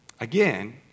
Again